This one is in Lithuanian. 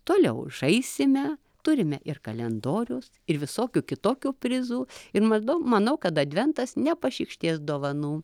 toliau žaisime turime ir kalendoriaus ir visokių kitokių prizų ir manau manau kad adventas nepašykštės dovanų